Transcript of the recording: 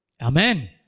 Amen